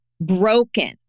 broken